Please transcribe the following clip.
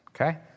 Okay